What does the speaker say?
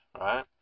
right